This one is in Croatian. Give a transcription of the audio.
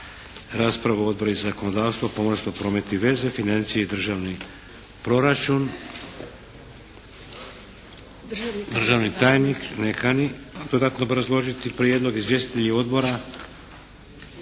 Raspravu odbori za zakonodavstvo, pomorstvo, promet i veze, financije i državni proračun. Državni tajnik ne kani dodatno obrazložiti prijedlog. Izvjestitelji odbora?